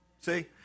See